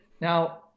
now